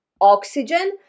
oxygen